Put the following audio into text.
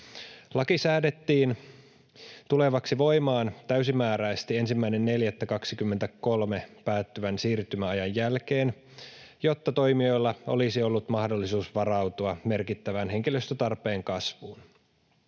Laki säädettiin tulevaksi voimaan täysimääräisesti 1.4.2023 päättyvän siirtymäajan jälkeen, jotta toimijoilla olisi ollut mahdollisuus varautua merkittävään henkilöstötarpeen kasvuun.